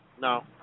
No